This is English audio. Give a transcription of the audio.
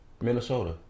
Minnesota